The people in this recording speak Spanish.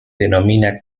denomina